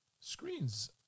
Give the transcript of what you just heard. Screens